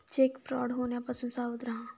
check fraud होण्यापासून सावध रहा